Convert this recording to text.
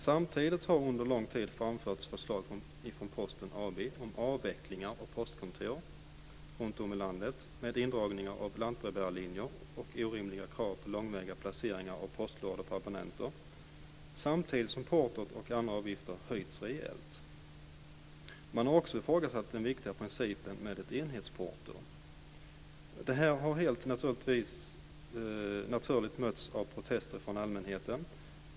Samtidigt har under lång tid framförts förslag från Posten AB om avvecklingar av postkontor runtom i landet med indragningar av lantbrevbärarlinjer och orimliga krav på placering av postlådor långt från abonnenterna, samtidigt som portot och andra avgifter höjts rejält. Man har också ifrågasatt den viktiga principen med ett enhetsporto. Detta har helt naturligt mötts av protester från allmänheten.